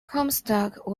comstock